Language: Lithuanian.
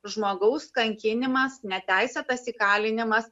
žmogaus kankinimas neteisėtas įkalinimas